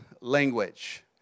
language